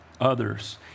others